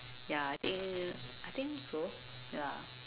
ya I think I think so ya